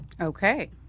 Okay